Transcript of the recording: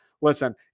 listen